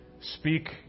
speak